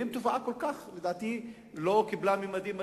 ועם תופעה שלדעתי לא כל כך קיבלה ממדים מדאיגים,